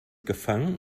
gefangen